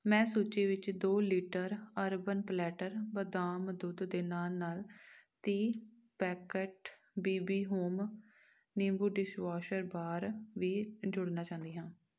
ਮੈਂ ਸੂਚੀ ਵਿੱਚ ਦੋ ਲੀਟਰ ਅਰਬਨ ਪਲੈੱਟਰ ਬਦਾਮ ਦੁੱਧ ਦੇ ਨਾਲ ਨਾਲ ਤੀਹ ਪੈਕੇਟ ਬੀ ਬੀ ਹੋਮ ਨਿੰਬੂ ਡਿਸ਼ਵੋਸ਼ਰ ਬਾਰ ਵੀ ਜੋੜਨਾ ਚਾਹੁੰਦੀ ਹਾਂ